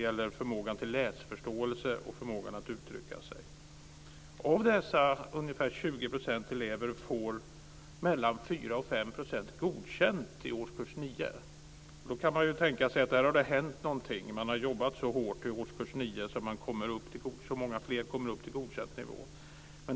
Om 4-5 av dessa ungefär 20 % elever får betyget Godkänd i årskurs 9, kan man tänka sig att det där har hänt något, att de har jobbat så hårt i årskurs 9 att så många fler når upp till godkänd nivå.